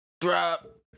Drop